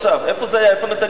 איפה נתניהו עשה משהו?